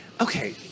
Okay